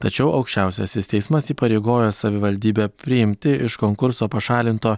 tačiau aukščiausiasis teismas įpareigojo savivaldybę priimti iš konkurso pašalinto